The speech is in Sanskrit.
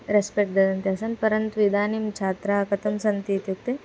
रेस्पेक्ट् ददन्तः आसन् परन्तु इदानीं छात्राः कथं सन्ति इत्युक्ते